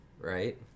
right